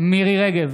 רגב,